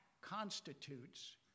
constitutes